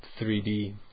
3D